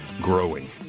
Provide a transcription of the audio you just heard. growing